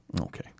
Okay